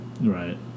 Right